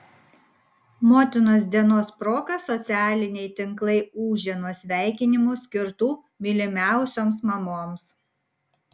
motinos dienos proga socialiniai tinklai ūžė nuo sveikinimų skirtų mylimiausioms mamoms